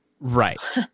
Right